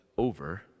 over